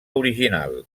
original